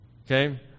okay